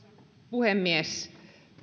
puhemies